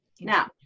Now